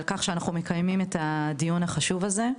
כך שאנחנו מקיימים את הדיון החשוב הזה,